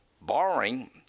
borrowing